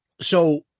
So-